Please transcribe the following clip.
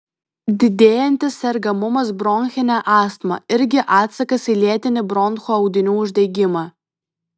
didėjantis sergamumas bronchine astma irgi atsakas į lėtinį bronchų audinių uždegimą